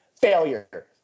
failure